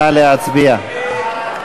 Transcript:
נא להצביע.